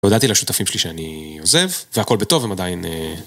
‫הודעתי לשותפים שלי שאני עוזב, ‫והכול בטוב הם עדיין...